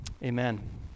Amen